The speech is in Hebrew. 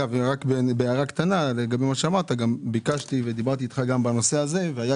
לגבי מה שאמרת, דיברתי איתך בנושא הזה והיתה